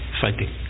fighting